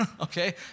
okay